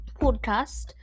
podcast